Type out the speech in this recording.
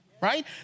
right